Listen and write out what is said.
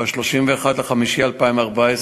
ב-31 במאי 2014,